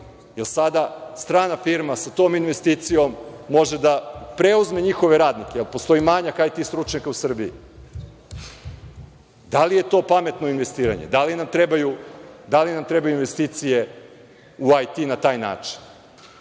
jer sada strana firma sa tom investicijom može da preuzme njihove radnike, jer postoji manjak IT stručnjaka u Srbiji. Da li je to pametno investiranje? Da li nam trebaju investicije u IT na taj način?